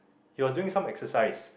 he was doing some exercise